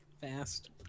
fast